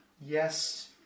Yes